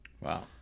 Wow